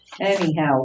Anyhow